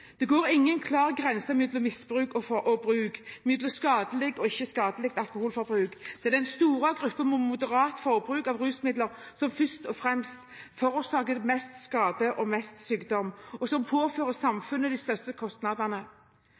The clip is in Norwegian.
Det går ingen klar grense mellom misbruk og bruk, mellom skadelig og ikke skadelig alkoholforbruk. Det er den store gruppen med moderat forbruk av rusmidler som først og fremst forårsaker mest skade og mest sykdom, og som påfører samfunnet de største kostnadene.